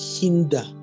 hinder